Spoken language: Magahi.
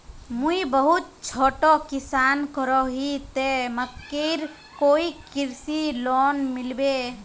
मुई बहुत छोटो किसान करोही ते मकईर कोई कृषि लोन मिलबे?